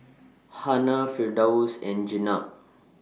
Hana Firdaus and Jenab